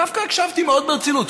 דווקא הקשבתי מאוד ברצינות.